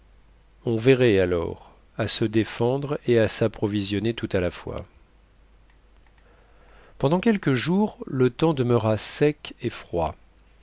on verrait alors à se défendre et à s'approvisionner tout à la fois pendant quelques jours le temps demeura sec et froid